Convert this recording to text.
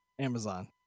Amazon